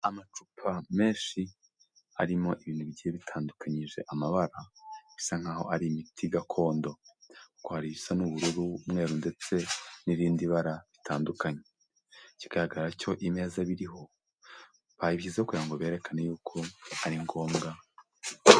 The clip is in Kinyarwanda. Amacupa menshi arimo ibintu bigiye bitandukanyije amabara bisa nk'aho ari imiti gakondo kuko hari irisa n'ubururu, umweru ndetse n'irindi bara bitandukanye ikigaragara cyo imeza biriho babishyizeho kugira ngo berekane yuko ari ngombwa.